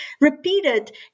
repeated